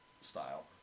style